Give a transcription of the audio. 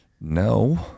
no